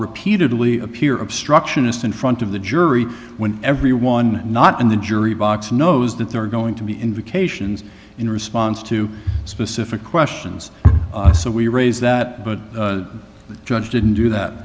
repeatedly appear obstructionist in front of the jury when everyone not in the jury box knows that there are going to be indications in response to specific questions so we raise that but the judge didn't do